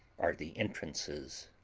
are the entrances.